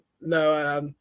no